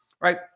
right